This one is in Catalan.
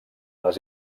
les